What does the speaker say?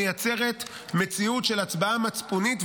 מייצרת מציאות של הצבעה מצפונית,